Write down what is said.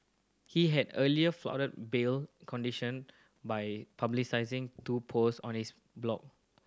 he had earlier flouted bail condition by publicising two post on his blog